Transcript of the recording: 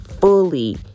fully